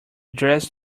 dress